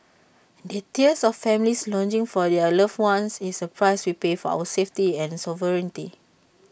the tears of families longing for their loved ones is the price we pay for our safety and sovereignty